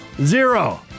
Zero